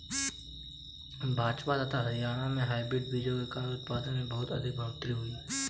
पंजाब तथा हरियाणा में हाइब्रिड बीजों के कारण उत्पादन में बहुत अधिक बढ़ोतरी हुई